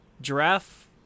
giraffe